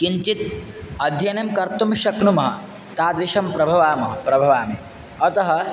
किञ्चित् अध्ययनं कर्तुं शक्नुमः तादृशं प्रभवामः प्रभवामि अतः